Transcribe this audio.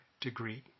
degree